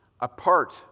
apart